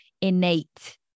innate